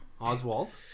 Oswald